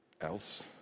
else